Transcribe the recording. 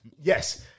Yes